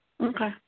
Okay